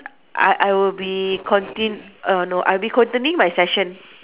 I I will be contin~ err no I'll be continuing my session